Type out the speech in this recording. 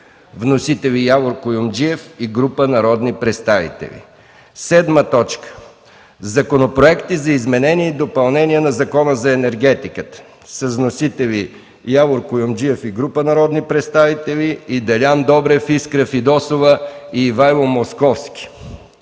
Вносители са Явор Куюмджиев и група народни представители. 7. Законопроекти за изменение и допълнение на Закона за енергетиката. Вносители са Явор Куюмджиев и група народни представители и Делян Добрев, Искра Фидосова и Ивайло Московски.